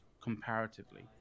comparatively